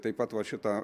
taip pat va šita